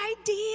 idea